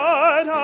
God